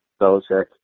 Belichick